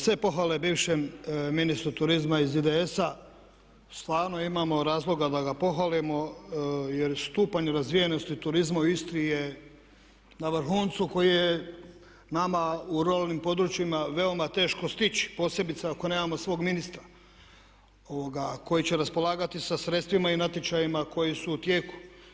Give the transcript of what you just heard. Sve pohvale bivšem ministru turizma iz IDS-a, stvarno imamo razloga da ga pohvalimo jer stupanj razvijenosti turizma u Istri je na vrhuncu koji je nama u ruralnim područjima veoma teško stići, posebice ako nemamo svog ministra koji će raspolagati sa sredstvima i natječajima koji su u tijeku.